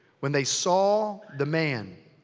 when they saw the man,